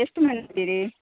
ಎಷ್ಟು ಮಂದಿ ಇದ್ದೀರಿ